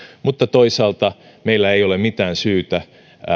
mutta toisaalta meillä ei ole mitään syytä